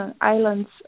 islands